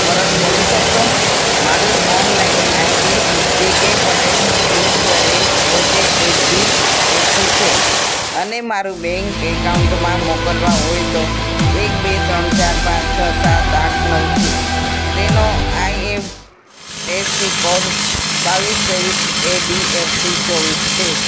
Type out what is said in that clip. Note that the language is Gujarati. પરત કરી શકશો મારું online ID PK Patel at the rate okay HDFC છે અને મારું બેન્ક એકાઉન્ટમાં મોકલવા હોય તો એકબે ત્રણ ચાર પાંચ છ સાત આઠ નવ છે તેનો આઈએફ એસસી કોડ બાવીસ ત્રેવીસ એડીએફસી ચોવીસ છે